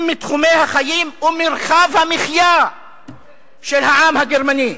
מתחומי החיים ומרחב המחיה של העם הגרמני.